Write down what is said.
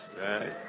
Right